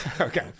Okay